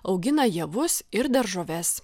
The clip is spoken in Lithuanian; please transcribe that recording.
augina javus ir daržoves